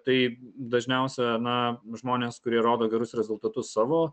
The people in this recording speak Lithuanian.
tai dažniausia na žmonės kurie rodo gerus rezultatus savo